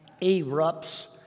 erupts